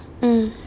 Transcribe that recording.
mm